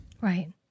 right